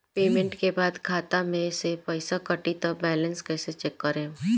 Payment के बाद खाता मे से पैसा कटी त बैलेंस कैसे चेक करेम?